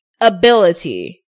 ability